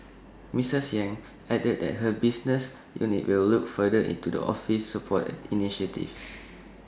misses yang added that her business unit will look further into the office's support initiatives